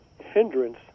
hindrance